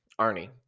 Arnie